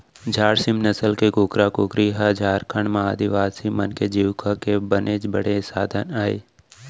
झार सीम नसल के कुकरा कुकरी ह झारखंड म आदिवासी मन के जीविका के बनेच बड़े साधन अय